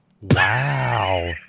Wow